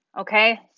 Okay